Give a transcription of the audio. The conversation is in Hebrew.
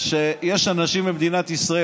שיש אנשים במדינת ישראל,